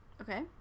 Okay